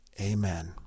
Amen